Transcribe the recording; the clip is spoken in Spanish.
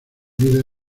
vida